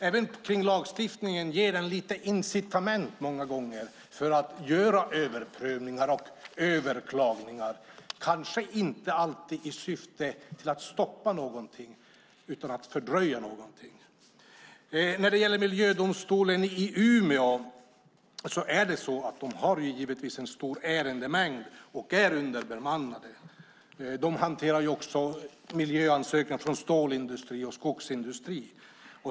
Även lagstiftningen ger många gånger incitament för att göra överprövningar och överklaganden - kanske inte alltid i syfte att stoppa något utan att fördröja något. Miljödomstolen i Umeå har en stor ärendemängd och är underbemannade. Där hanteras också miljöansökningar från stålindustri och skogsindustri.